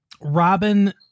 robin